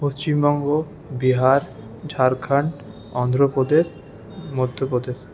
Paschimbanga Bihar Jharkhand Andhra Pradesh Madhya Pradesh